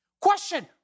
Question